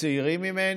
וצעירים ממני.